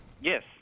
Yes